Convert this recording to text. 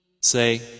Say